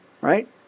right